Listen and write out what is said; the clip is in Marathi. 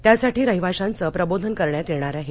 त्यासाठी रहिवाशांचं प्रबोधन करण्यात येणार आहे